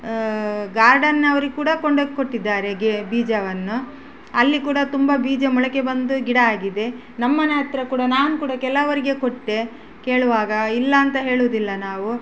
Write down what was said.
garden ಅವ್ರಿಗೆ ಕೂಡ ಕೊಂಡೋಗಿ ಕೊಟ್ಟಿದ್ದಾರೆ ಗೆ ಬೀಜವನ್ನು ಅಲ್ಲಿ ಕೂಡ ತುಂಬ ಬೀಜ ಮೊಳಕೆ ಬಂದು ಗಿಡ ಆಗಿದೆ ನಮ್ಮನೆ ಹತ್ರ ಕೂಡ ನಾನು ಕೂಡ ಕೆಲವರಿಗೆ ಕೊಟ್ಟೆ ಕೇಳುವಾಗ ಇಲ್ಲ ಅಂತ ಹೇಳುವುದಿಲ್ಲ ನಾವು